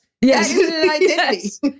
Yes